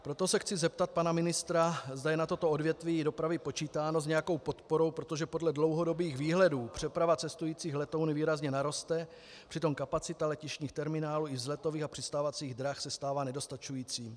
Proto se chci zeptat pana ministra, zda je na toto odvětví dopravy počítáno s nějakou podporou, protože podle dlouhodobých výhledů přeprava cestujících letouny výrazně naroste, přitom kapacita letištních terminálů i vzletových a přistávacích drah se stává nedostačující.